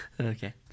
Okay